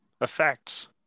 effects